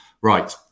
Right